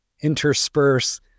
intersperse